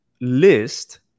list